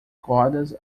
cordas